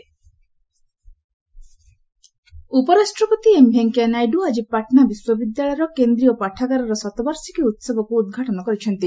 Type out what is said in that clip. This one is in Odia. ଭାଇସ୍ ପ୍ରେସିଡେଣ୍ଟ ପାଟନା ଉପରାଷ୍ଟ୍ରପତି ଏମ୍ ଭେଙ୍କିୟା ନାଇଡୁ ଆଜି ପାଟ୍ନା ବିଶ୍ୱବିଦ୍ୟାଳୟର କେନ୍ଦ୍ରୀୟ ପାଠାଗାରର ଶତବାର୍ଷିକୀ ଉହବକୁ ଉଦ୍ଘାଟନ କରିଛନ୍ତି